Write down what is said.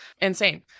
Insane